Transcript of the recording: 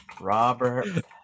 Robert